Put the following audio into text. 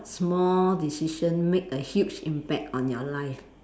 small decision make a huge impact on your life